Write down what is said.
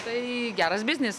tai geras biznis